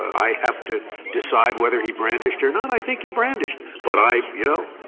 i have to decide whether he brandished or not i think he brandished. but i you know,